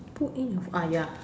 put in your phone uh ya